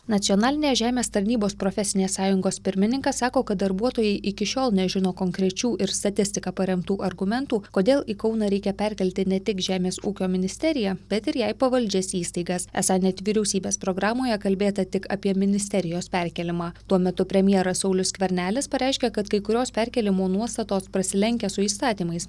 nacionalinės žemės tarnybos profesinės sąjungos pirmininkas sako kad darbuotojai iki šiol nežino konkrečių ir statistika paremtų argumentų kodėl į kauną reikia perkelti ne tik žemės ūkio ministeriją bet ir jai pavaldžias įstaigas esą net vyriausybės programoje kalbėta tik apie ministerijos perkėlimą tuo metu premjeras saulius skvernelis pareiškė kad kai kurios perkėlimo nuostatos prasilenkia su įstatymais